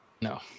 No